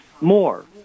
More